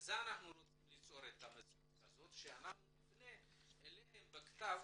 אנחנו רוצים ליצור מציאות כזאת שאנחנו נפנה אליכם בכתב